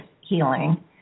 healing